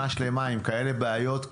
שנה שלמה עם כאלה בעיות,